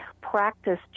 practice